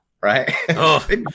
Right